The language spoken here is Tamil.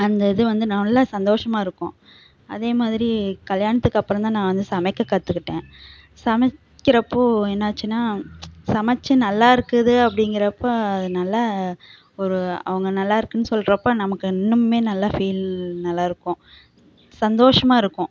அந்த இது வந்து நல்லா சந்தோஷமாக இருக்கும் அதேமாதிரி கல்யாணத்துக்கு அப்புறந்தான் நான் வந்து சமைக்க கற்றுக்கிட்டேன் சமைக்கிறப்போ என்னாச்சுன்னா சமைச்சி நல்லா இருக்குது அப்படிங்கிறப்ப அது நல்ல ஒரு அவங்க நல்லா இருக்குன்னு சொல்கிறப்ப நமக்கு இன்னும் நல்லா ஃபீல் நல்லா இருக்கும் சந்தோஷமாக இருக்கும்